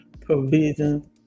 provision